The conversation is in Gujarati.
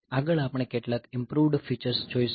આગળ આપણે કેટલાક ઇમ્પૃવ્ડ ફીચર્સ જોઈશું